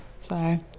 Sorry